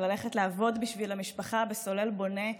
וללכת לעבוד בשביל המשפחה בסולל בונה,